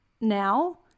now